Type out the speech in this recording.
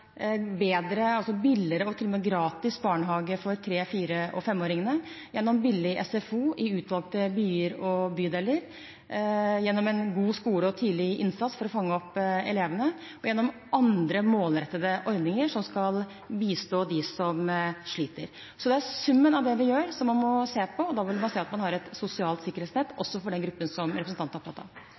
billigere og til og med gratis barnehage for tre-, fire- og femåringene, gjennom billig SFO i utvalgte byer og bydeler, gjennom en god skole og tidlig innsats for å fange opp elevene og gjennom andre målrettede ordninger som skal bistå dem som sliter. Så det er summen av det vi gjør, som man må se på, og da vil man se at man har et sosialt sikkerhetsnett, også for den gruppen som representanten er opptatt av.